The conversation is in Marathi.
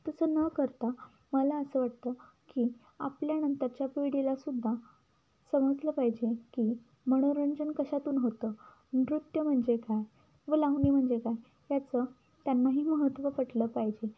तसं न करता मला असं वाटतं की आपल्यानंतरच्या पिढीला सुद्धा समजलं पाहिजे की मनोरंजन कशातून होतं नृत्य म्हणजे काय व लावणी म्हणजे काय ह्याचं त्यांनाही महत्त्व पटलं पाहिजे